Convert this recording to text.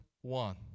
One